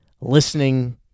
listening